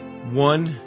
One